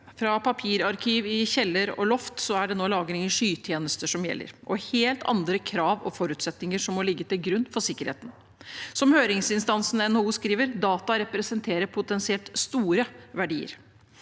Fra papirarkiv i kjeller og loft er det nå lagring i skytjenester som gjelder, og helt andre krav og forutsetninger som må ligge til grunn for sikkerheten. Som høringsinstansen NHO skriver: Data representerer potensielt store verdier.